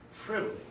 privilege